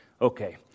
Okay